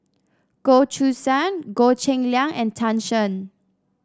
Goh Choo San Goh Cheng Liang and Tan Shen